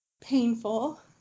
painful